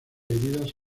heridas